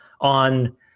on